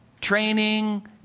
training